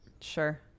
Sure